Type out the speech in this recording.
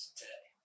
today